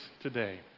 today